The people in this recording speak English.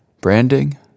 Branding